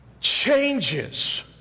changes